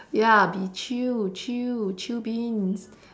ya be chill chill chill beans